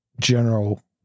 general